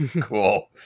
cool